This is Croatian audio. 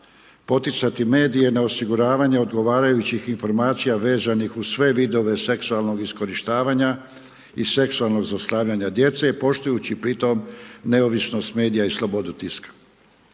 poticati medije na osiguravanje odgovarajućih informacija vezanih uz sve video seksualnog iskorištavanja i seksualnog zlostavljanja djece, poštujući pri tom neovisnost medija i slobodu tiska.